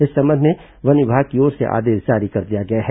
इस संबंध में वन विभाग की ओर से आदेश जारी कर दिया गया है